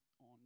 on